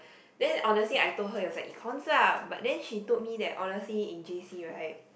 then honestly I told her it was like Econs lah but then she told me that honestly in j_c right